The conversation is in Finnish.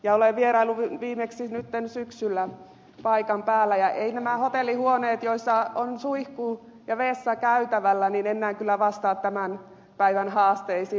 olen vieraillut viimeksi nyt syksyllä paikan päällä ja eivät nämä hotellihuoneet joissa on suihku ja vessa käytävällä enää kyllä vastaa tämän päivän haasteisiin